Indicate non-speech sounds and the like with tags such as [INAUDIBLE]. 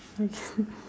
okay [LAUGHS]